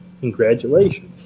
Congratulations